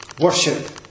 Worship